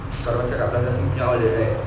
kalau cakap pasal plaza sing punya outlet right